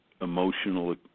emotional